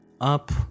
up